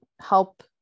help